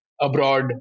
abroad